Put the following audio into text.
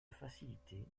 facilité